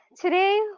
today